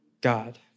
God